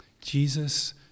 Jesus